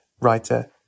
writer